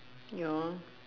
yeah